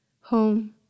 Home